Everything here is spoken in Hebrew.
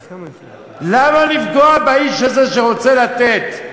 למה לפגוע באיש הזה שרוצה לתת?